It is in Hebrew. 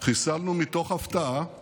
חיסלנו מתוך הפתעה את